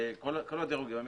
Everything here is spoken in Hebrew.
כל הדירוגים המקצועיים.